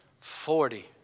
Forty